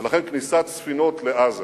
לכן, כניסת ספינות לעזה,